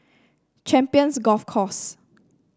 Champions Golf Course